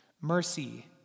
Mercy